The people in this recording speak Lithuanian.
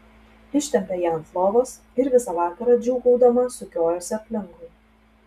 ištempė ją ant lovos ir visą vakarą džiūgaudama sukiojosi aplinkui